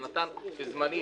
הוא נתן זמנית